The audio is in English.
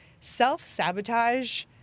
self-sabotage